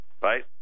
right